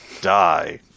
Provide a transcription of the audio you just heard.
Die